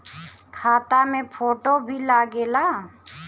खाता मे फोटो भी लागे ला?